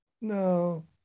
No